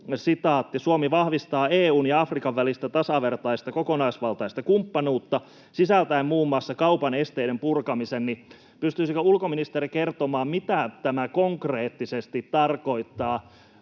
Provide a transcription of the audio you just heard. todettu: ”Suomi vahvistaa EU:n ja Afrikan välistä tasavertaista kokonaisvaltaista kumppanuutta sisältäen muun muassa kaupan esteiden purkamisen.” Pystyisikö ulkoministeri kertomaan, mitä tämä konkreettisesti tarkoittaa?